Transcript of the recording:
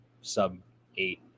sub-eight